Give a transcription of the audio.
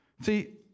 See